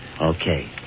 Okay